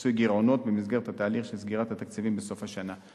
בכיסוי גירעונות במסגרת התהליך של סגירת התקציבים בסוף השנה.